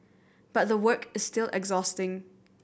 but the work is still exhausting